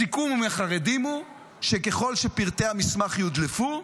הסיכום עם החרדים הוא שככל שפרטי המסמך יודלפו,